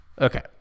Okay